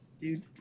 dude